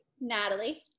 Natalie